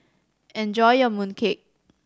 enjoy your mooncake